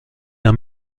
d’un